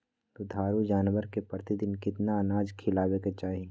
दुधारू जानवर के प्रतिदिन कितना अनाज खिलावे के चाही?